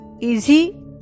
easy